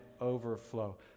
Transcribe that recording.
overflow